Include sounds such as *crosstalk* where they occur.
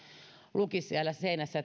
lukisi siellä seinässä *unintelligible*